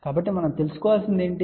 కాబట్టి మనం తెలుసుకోవలసినది ఏమిటి